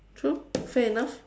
true fair enough